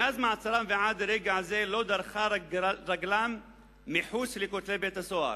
מאז מעצרם ועד לרגע זה לא דרכה רגלם מחוץ לכותלי בית-הסוהר.